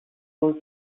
rules